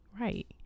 Right